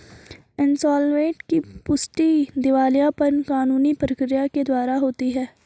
insolvent की पुष्टि दिवालियापन कानूनी प्रक्रिया के द्वारा होती है